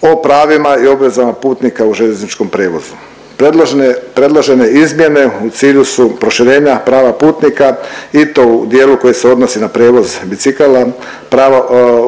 o pravima i obvezama putnika u željezničkom prijevozu. Predložene, predložene izmjene u cilju su proširenja prava putnika i to u dijelu koji se odnosi na prijevoz bicikala, pravo